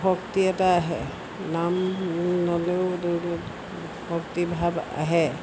ভক্তি এটা আহে নাম ভক্তিভাৱ আহে